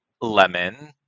lemon